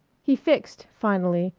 he fixed, finally,